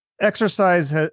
exercise